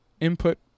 input